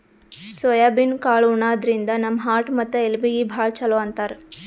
soybean ಕಾಳ್ ಉಣಾದ್ರಿನ್ದ ನಮ್ ಹಾರ್ಟ್ ಮತ್ತ್ ಎಲಬೀಗಿ ಭಾಳ್ ಛಲೋ ಅಂತಾರ್